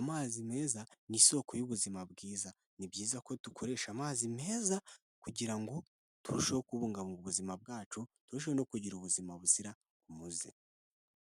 Amazi meza ni isoko y'ubuzima bwiza, ni byiza ko dukoresha amazi meza kugira ngo turusheho kubungabunga ubuzima bwacu, turusheho no kugira ubuzima buzira umuze.